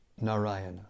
Narayana